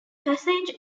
passage